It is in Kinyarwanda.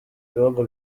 ibihugu